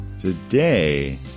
Today